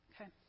Okay